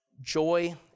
Joy